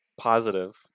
positive